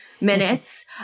minutes